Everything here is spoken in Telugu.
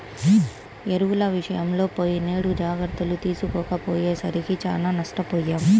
ఎరువుల విషయంలో పోయినేడు జాగర్తలు తీసుకోకపోయేసరికి చానా నష్టపొయ్యాం